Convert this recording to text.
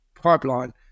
pipeline